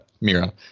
Mira